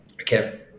Okay